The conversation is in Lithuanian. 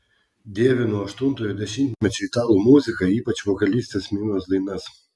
dievinu aštuntojo dešimtmečio italų muziką ypač vokalistės minos dainas